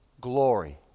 glory